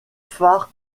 phare